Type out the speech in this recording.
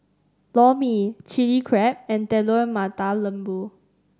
Lor Mee Chili Crab and Telur Mata Lembu